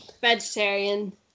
vegetarian